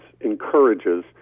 encourages